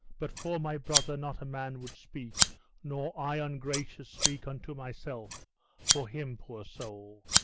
but for my brother not a man would speak nor i, ungracious, speak unto myself for him, poor soul.